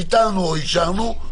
ביטלנו או אישרנו.